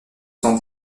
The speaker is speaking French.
cent